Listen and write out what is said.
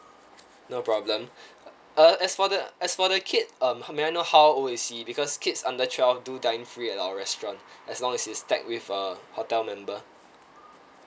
no problem uh as for the as for the kid um may I know how old is he because kids under twelve do dine free at our restaurant as long as it's tagged with a hotel member